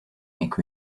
make